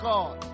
God